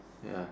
ya